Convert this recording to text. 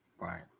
Right